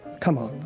come on,